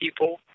people